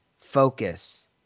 focus